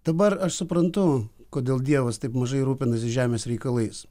dabar aš suprantu kodėl dievas taip mažai rūpinasi žemės reikalais